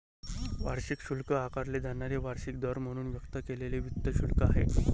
वार्षिक शुल्क आकारले जाणारे वार्षिक दर म्हणून व्यक्त केलेले वित्त शुल्क आहे